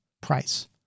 price